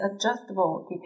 adjustable